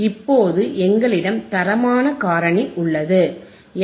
இப்போது எங்களிடம் தரமான காரணி உள்ளது எஃப்